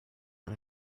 and